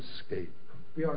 escape